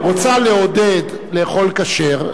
רוצה לעודד לאכול כשר.